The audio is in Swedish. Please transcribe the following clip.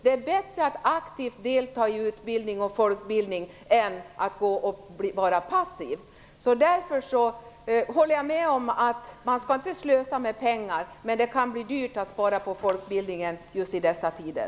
Det är bättre att aktivt delta i utbildning och folkbildning än att vara passiv. Jag håller med om att man inte skall slösa med pengar, men det kan bli dyrt att spara på folkbildningen i dessa tider.